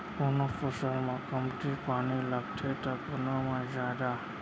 कोनो फसल म कमती पानी लगथे त कोनो म जादा